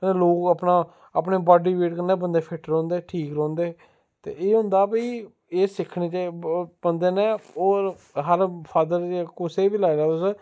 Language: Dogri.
एह् लोग अपना अपने बॉड्डी वेट कन्नै बंदे फिट्ट रौंह्दे ठीक रौंह्दे ते एह् होंदा भाई एह् सिक्खने पौंदे नै और हर फॉदर जां कुसै बी लाई लैओ तुस